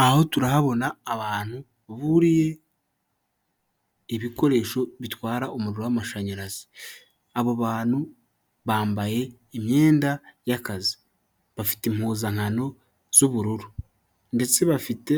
Aha aho turahabona abantu buriye ibikoresho bitwara umuriro w'amashanyarazi, abo bantu bambaye imyenda y'akazi, bafite impuzankano z'ubururu, ndetse bafite,